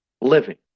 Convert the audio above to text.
living